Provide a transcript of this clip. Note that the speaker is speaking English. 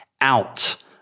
out